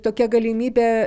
tokia galimybė